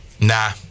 nah